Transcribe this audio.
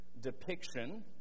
depiction